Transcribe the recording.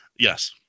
Yes